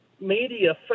media